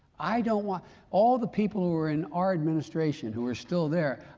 i don't want all of the people who were in our administration who are still there,